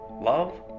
love